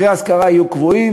מחירי ההשכרה קבועים,